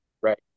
Right